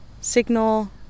signal